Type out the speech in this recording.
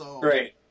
Great